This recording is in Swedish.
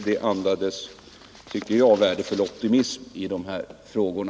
Det andades, tycker jag, värdefull optimism i de här frågorna.